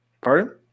Pardon